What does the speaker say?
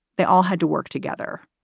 they all had to work together.